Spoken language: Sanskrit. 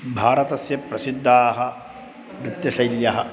भारतस्य प्रसिद्धाः नृत्यशैल्यः